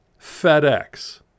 FedEx